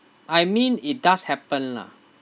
I mean it does happen lah